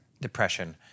depression